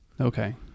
Okay